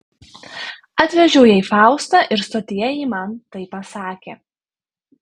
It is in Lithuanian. atvežiau jai faustą ir stotyje ji man tai pasakė